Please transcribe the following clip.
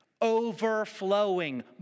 Overflowing